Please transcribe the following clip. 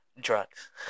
drugs